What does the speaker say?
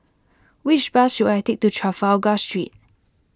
which bus should I take to Trafalgar Street